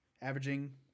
averaging